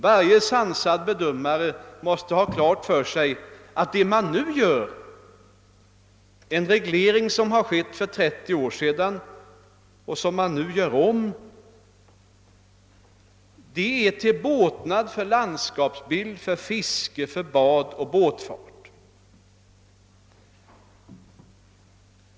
Varje sansad bedömare måste ha klart för sig att det som skett och nu sker — en reglering som genomfördes för 30 år sedan och som nu görs om — är till båtnad för landskapsbild, för fiske, för bad och för båtfart.